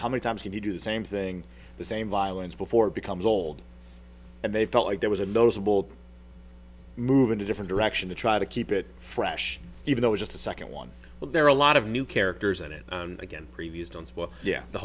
how many times can you do the same thing the same violence before it becomes old and they felt like there was a noticeable move in a different direction to try to keep it fresh even though just the second one well there are a lot of new characters in it again previews don't spoil yeah the